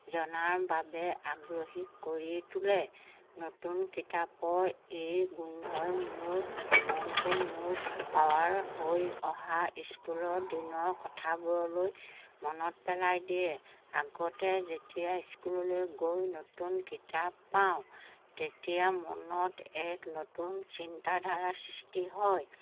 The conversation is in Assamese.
জনাৰ বাবে আগ্ৰহী কৰি তোলে নতুন কিতাপৰ এই গোন্ধই মোৰ মনটো মোৰ পাৱাৰ হৈ অহা স্কুলৰ দিনৰ কথাবোৰলৈ মনত পেলাই দিয়ে আগতে যেতিয়া স্কুললৈ গৈ নতুন কিতাপ পাওঁ তেতিয়া মনত এক নতুন চিন্তাধাৰা সৃষ্টি হয়